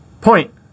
Point